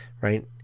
right